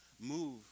move